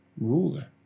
ruler